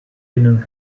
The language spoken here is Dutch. kunnen